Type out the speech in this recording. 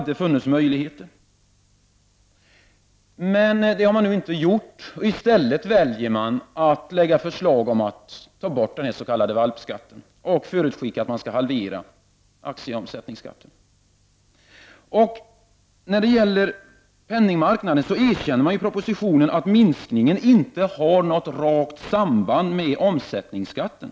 Den möjligheten har man inte tagit utan i stället valt att framlägga förslag om att ta bort den s.k. valpskatten och förutskicka att aktieomsättningsskatten skall halveras. Vad så gäller penningmarknaden erkänner man i propositionen att minskningen på penningmarknaden inte har något rakt samband med omsättningsskatten.